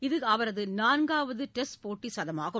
இது அவரது நான்காவது டெஸ்ட் போட்டி சதமாகும்